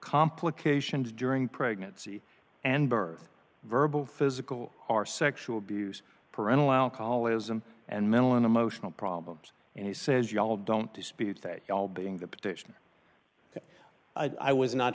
complications during pregnancy and birth verbal physical or sexual abuse parental alcoholism and mental and emotional problems and he says ya'll don't dispute that well being the petition i was not